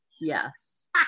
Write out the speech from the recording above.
yes